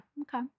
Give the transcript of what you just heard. Okay